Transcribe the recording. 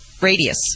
Radius